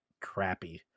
crappy